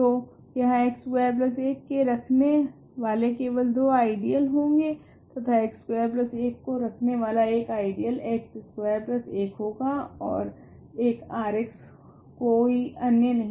तो यहाँ x square 1 के रखने वाले केवल दो आइडियल होगे तथा x स्कवेर 1 को रखने वाला एक आइडियल x स्कवेर 1 होगा ओर एक Rx होगा कोई अन्य नहीं